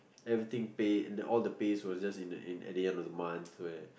everything pay all the pays were just in the at the end of the month where